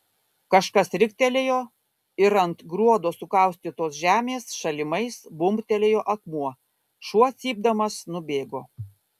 kažkas riktelėjo ir ant gruodo sukaustytos žemės šalimais bumbtelėjo akmuo šuo cypdamas nubėgo